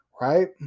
right